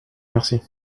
merci